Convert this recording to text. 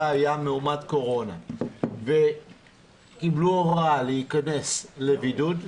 היה מאומת קורונה וקיבלו הוראה להיכנס לבידוד,